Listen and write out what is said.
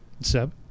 Seb